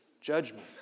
Judgment